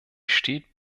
steht